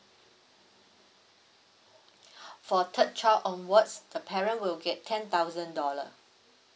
for third child onwards the parent will get ten thousand dollar